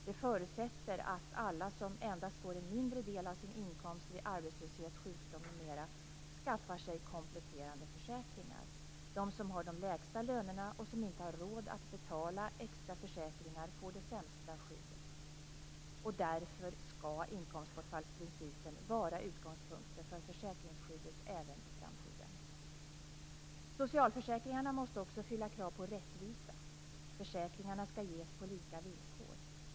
Det förutsätter att alla som endast får en mindre del av sin inkomst vid arbetslöshet, sjukdom m.m., skaffar sig kompletterande försäkringar. De som har de lägsta lönerna och som inte har råd att betala extra försäkringar får det sämsta skyddet. Därför skall inkomstbortfallsprincipen vara utgångspunkten för försäkringsskyddet även i framtiden. Socialförsäkringarna måste också fylla krav på rättvisa. Försäkringarna skall ges på lika villkor.